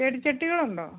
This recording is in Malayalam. ചെടിച്ചട്ടികളുണ്ടോ